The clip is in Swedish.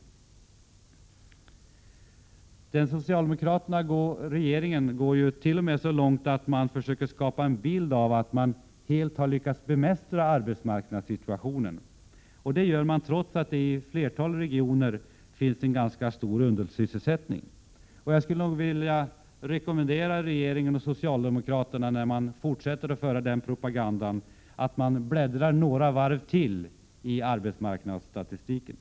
I den socialdemokratiska regeringen går man t.o.m. så långt att man försöker skapa en bild av att man helt har lyckats få kontroll över arbetsmarknadssituationen — trots att ett flertal regioner har en ganska stor undersysselsättning. Jag skulle nog vilja rekommendera regeringen och socialdemokraterna att bläddra ytterligare något i arbetsmarknadsstatistiken, när man nu fortsätter att föra den här propagandan.